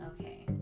okay